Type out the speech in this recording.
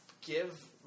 give